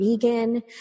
vegan